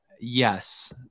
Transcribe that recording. Yes